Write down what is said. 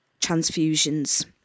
transfusions